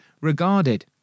regarded